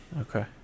okay